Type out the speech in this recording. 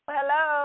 Hello